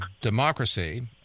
democracy